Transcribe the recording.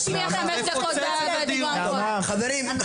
חברים,